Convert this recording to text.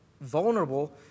vulnerable